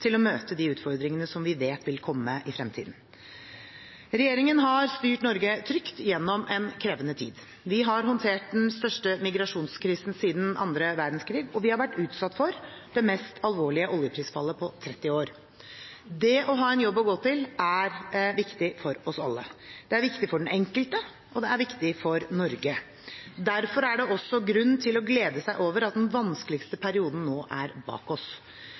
til å møte de utfordringene som vi vet vil komme i fremtiden. Regjeringen har styrt Norge trygt gjennom en krevende tid. Vi har håndtert den største migrasjonskrisen siden annen verdenskrig, og vi har vært utsatt for det mest alvorlige oljeprisfallet på 30 år. Det å ha en jobb å gå til er viktig for oss alle. Det er viktig for den enkelte, og det er viktig for Norge. Derfor er det også grunn til å glede seg over at den vanskeligste perioden nå er bak oss.